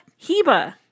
Heba